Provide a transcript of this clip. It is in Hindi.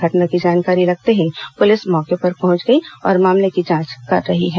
घटना की जानकारी लगते ही पुलिस मौके पर पहुंच गई है और मामले की जांच कर रही है